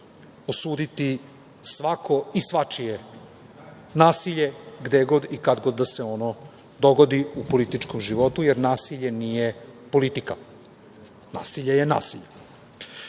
osuditi svako i svačije nasilje, gde god i kad god da se ono dogodi u političkom životu, jer nasilje nije politika. Nasilje je nasilje. Što